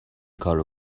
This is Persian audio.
کارو